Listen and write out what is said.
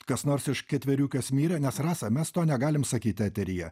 kas nors iš ketveriukės mirė nes rasa mes to negalim sakyt eteryje